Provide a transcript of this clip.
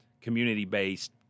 community-based